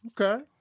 Okay